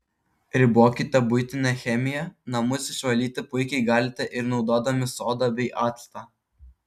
ribokite buitinę chemiją namus išvalyti puikiai galite ir naudodami sodą bei actą